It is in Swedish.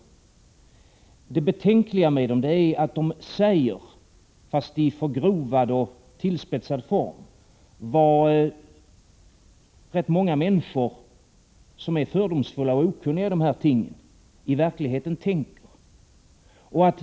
Det betänkliga med dem är att de säger — fast i förgrovad och tillspetsad form — vad rätt många människor som är fördomsfulla och okunniga i dessa ting i verkligheten tänker.